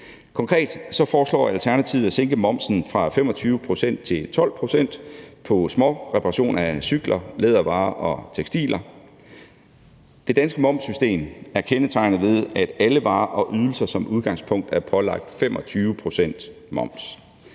Konkret foreslår Alternativet at sænke momsen fra 25 pct. til 12 pct. på småreparationer af cykler, lædervarer og tekstiler. Det danske momssystem er kendetegnet ved, at alle varer og ydelser som udgangspunkt er pålagt 25 pct.